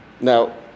Now